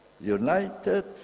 United